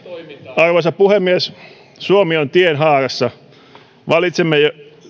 arvoisa puhemies suomi on tienhaarassa valitsemme